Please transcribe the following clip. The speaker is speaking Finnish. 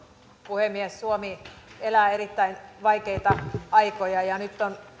puhemies suomi elää erittäin vaikeita aikoja ja nyt on